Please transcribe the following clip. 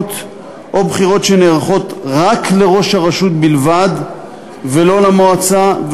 או לבחירות לראש הרשות בלבד ולא למועצה,